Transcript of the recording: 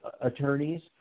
attorneys